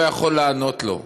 שלא יכול לענות לו.